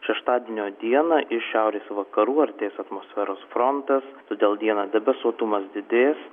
šeštadienio dieną iš šiaurės vakarų artės atmosferos frontas todėl dieną debesuotumas didės